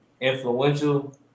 influential